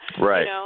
right